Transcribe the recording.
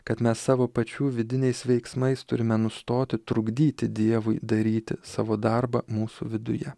kad mes savo pačių vidiniais veiksmais turime nustoti trukdyti dievui daryti savo darbą mūsų viduje